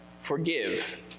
Forgive